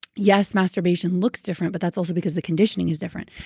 yes, masturbation looks different but that's also because the conditioning is different.